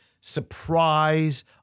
surprise